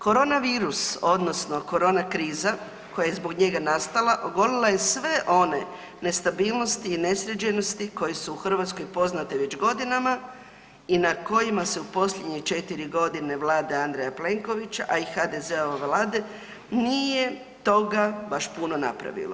Korona virus odnosno korona kriza koja je zbog njega nastala volila je sve one nestabilnosti i nesređenosti koje su u Hrvatskoj poznate već godinama i na kojima se u posljednje 4 godine Vlade Andreja Plenkovića, a i HDZ-ove vlade nije toga baš puno napravilo.